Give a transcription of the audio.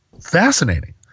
fascinating